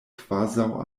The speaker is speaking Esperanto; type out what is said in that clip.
kvazaŭ